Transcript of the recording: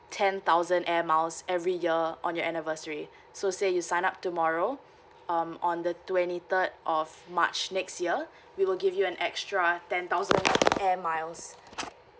ten thousand air miles every year on your anniversary so say you sign up tomorrow um on the twenty third of march next year we will give you an extra ten thousand air miles